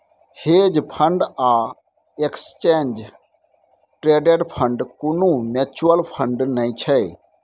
hedge fund आ exchange traded fund कुनु mutual fund नै छै